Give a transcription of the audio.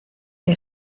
que